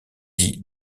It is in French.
dix